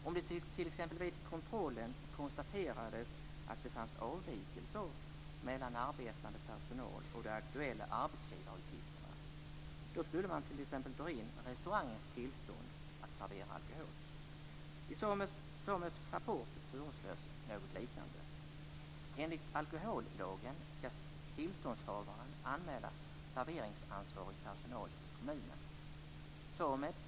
Om det exempelvis vid kontrollen konstaterades att det fanns avvikelser mellan arbetande personal och de aktuella arbetsgivaruppgifterna skulle man t.ex. dra in restaurangens tillstånd att servera alkohol. I SAMEB:s rapport föreslås något liknande.